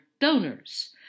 donors